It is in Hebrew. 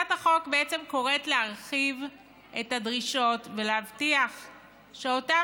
הצעת החוק קוראת להרחיב את הדרישות ולהבטיח שאותם